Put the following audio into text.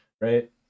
Right